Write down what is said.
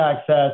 access